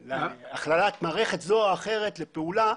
ולהכללת מערכת זו או אחרת לפעולה,